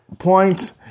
Points